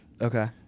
Okay